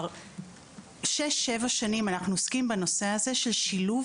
כבר שש-שבע שנים אנחנו עוסקים בנושא הזה של שילוב